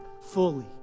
fully